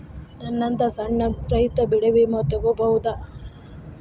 ನನ್ನಂತಾ ಸಣ್ಣ ರೈತ ಬೆಳಿ ವಿಮೆ ತೊಗೊಬೋದ?